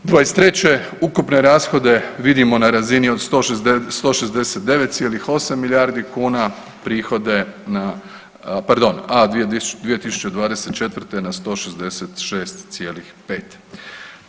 23. ukupne rashode vidimo na razini od 169,8 milijardi kuna, prihode na, pardon, a 2024. na 166,5.